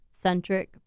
centric